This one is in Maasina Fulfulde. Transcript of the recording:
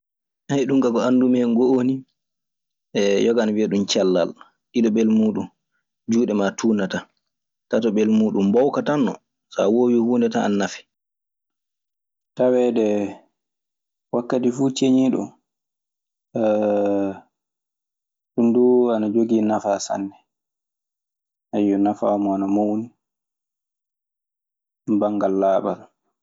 Ɗun kaa ko anndumi hen, go'o ni yoga ana wiya ɗum cellal. Ɗiɗoɓel mun duu juunde maa tuunataa, Tatoɓel mun mbowka tan non so a woowi huunde tan ana nafe. Taweede wakkati fuu ceñiiɗo ɗun duu ana jogii nafaa sanne. Ayyo, nafaa mun ana mawni banngal laaɓal.